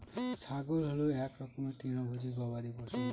ছাগল হল এক রকমের তৃণভোজী গবাদি পশু